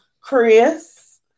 Chris